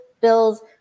bills